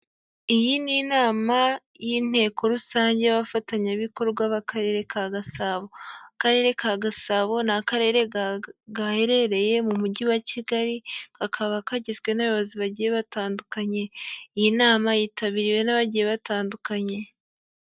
Iyi ni inama y'inteko rusange y'abafatanyabikorwa b'Akarere ka Gasabo. Akarere ka Gasabo ni akarere gaherereye mu Mujyi wa Kigali kakaba kagizwe n'abayobozi bagiye batandukanye. Iyi nama yitabiriwe n'abagiye batandukanye.